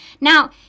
Now